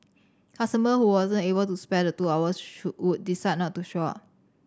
customers who wasn't able to spare the two hours would decide not to show up